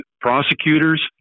prosecutors